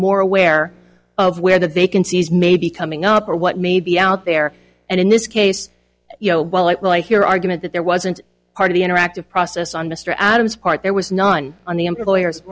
more aware of where the vacancies may be coming up or what may be out there and in this case you know while it will hear argument that there wasn't part of the interactive process on mr adams part there was none on the employers